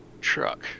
truck